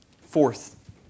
Fourth